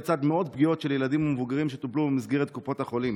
לצד מאות פגיעות של ילדים ומבוגרים שטופלו במסגרת קופות החולים.